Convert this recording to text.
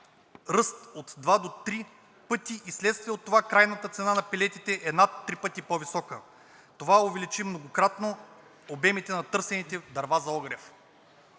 ръст от 2 до 3 пъти и вследствие от това крайната цена на пелетите е над 3 пъти по-висока. Това увеличи многократно обемите на търсените дърва за огрев.